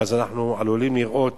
ואז אנחנו עלולים לראות